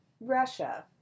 Russia